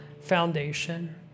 foundation